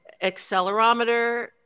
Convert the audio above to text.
accelerometer